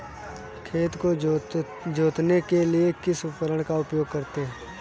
खेत को जोतने के लिए किस उपकरण का उपयोग करते हैं?